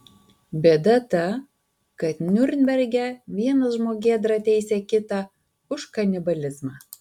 bėda ta kad niurnberge vienas žmogėdra teisė kitą už kanibalizmą